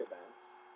events